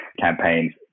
campaigns